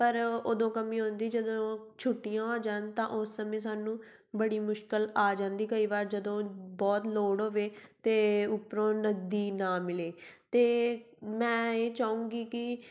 ਪਰ ਉਦੋਂ ਕਮੀ ਆਉਂਦੀ ਜਦੋਂ ਛੁੱਟੀਆਂ ਹੋ ਜਾਣ ਤਾਂ ਉਸ ਸਮੇਂ ਸਾਨੂੰ ਬੜੀ ਮੁਸ਼ਕਲ ਆ ਜਾਂਦੀ ਕਈ ਵਾਰ ਜਦੋਂ ਬਹੁਤ ਲੋੜ ਹੋਵੇ ਅਤੇ ਉੱਪਰੋਂ ਨਗਦੀ ਨਾ ਮਿਲੇ ਅਤੇ ਮੈਂ ਇਹ ਚਾਹੂੰਗੀ ਕਿ